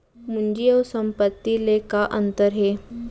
पूंजी अऊ संपत्ति ले का अंतर हे?